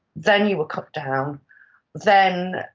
then you were cut down then,